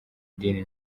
idini